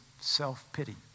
self-pity